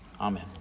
Amen